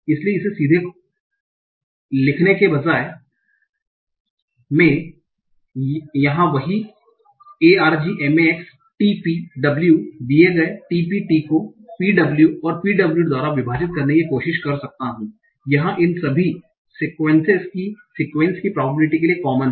इसलिए इसे सीधे लिखने के बजाय मैं यहाँ वही argmax T P W दिए गए T P T को P W और P W द्वारा विभाजित करने की कोशिश कर सकता हूँ यह इन सभी सिक्यूएन्सेस की सिक्यूएन्स की प्रॉबबिलिट के लिए कॉमन है